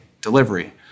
delivery